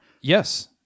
Yes